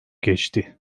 geçti